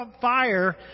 fire